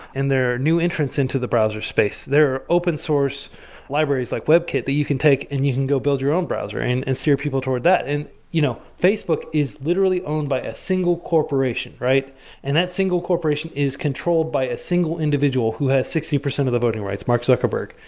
and they're new entrance into the browser space. there are open source libraries, like webkit, that you can take and you can go build your own browser and and sphere people toward that. you know facebook is literally owned by a single corporation, and that single corporation is controlled by a single individual who has sixty percent of the voting rights, mark zuckerberg.